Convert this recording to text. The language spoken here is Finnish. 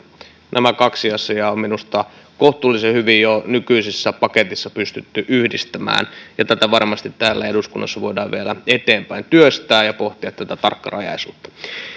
nämä kaksi asiaa on minusta kohtuullisen hyvin jo nykyisessä paketissa pystytty yhdistämään ja tätä varmasti täällä eduskunnassa voidaan vielä eteenpäin työstää ja pohtia tätä tarkkarajaisuutta